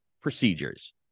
procedures